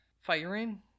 firing